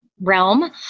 realm